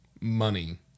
money